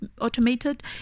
automated